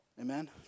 Amen